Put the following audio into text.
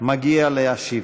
מגיע להשיב.